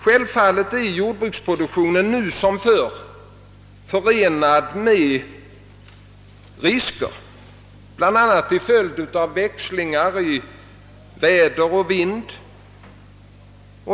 Självfallet är jordbruksproduktionen nu som förr förenad med risker, bl.a. till följd av växlingar i väder och vind.